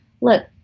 look